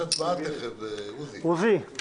--- יש הצבעה תכף, עוזי.